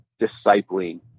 discipling